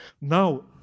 Now